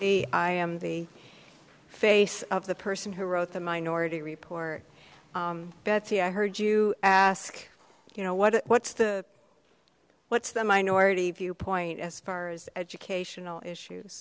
so i am the face of the person who wrote the minority report betsy i heard you ask you know what what's the what's the minority viewpoint as far as educational issues